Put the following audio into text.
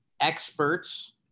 experts